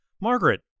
Margaret